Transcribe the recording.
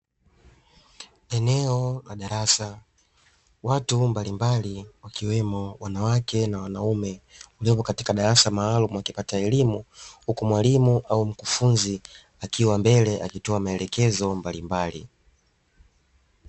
Eneo la darasa watu mbalimbali wakiwemo wanawake na wanaume walioko katika darasa maalumu wakipata elimu, huku mwalimu au mkufunzi akiwa mbele akitoa maelekezo mbalimbali.